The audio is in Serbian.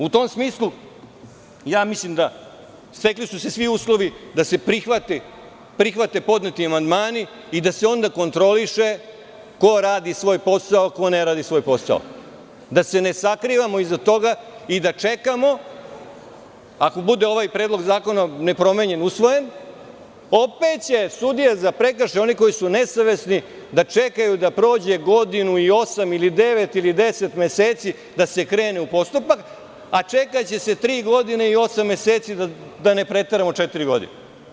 U tom smislu, mislim da su se stekli svi uslovi da se prihvate podneti amandmani i da se onda kontroliše ko radi svoj posao, ko ne radi svoj posao, da se ne sakrivamo iza toga i da čekamo, ako bude ovaj predlog zakona nepromenjen, usvojen, opet će sudija za prekršaje, oni koji su nesavesni, da čekaju da prođe godinu, osam, devet, ili 10 meseci da se krene u postupak, a čekaće se tri godine i osam meseci, da ne preteramo, četiri godine.